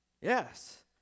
yes